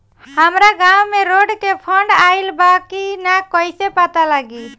हमरा गांव मे रोड के फन्ड आइल बा कि ना कैसे पता लागि?